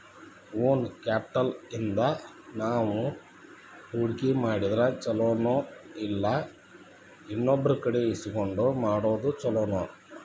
Own capital ಇಂದಾ ನಾವು ಹೂಡ್ಕಿ ಮಾಡಿದ್ರ ಛಲೊನೊಇಲ್ಲಾ ಇನ್ನೊಬ್ರಕಡೆ ಇಸ್ಕೊಂಡ್ ಮಾಡೊದ್ ಛೊಲೊನೊ?